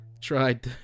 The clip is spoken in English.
tried